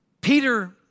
Peter